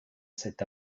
cet